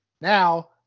Now